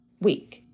week